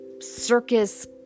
circus